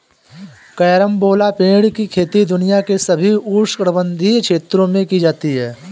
carambola पेड़ की खेती दुनिया के सभी उष्णकटिबंधीय क्षेत्रों में की जाती है